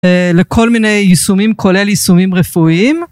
לכל מיני יישומים כולל יישומים רפואיים.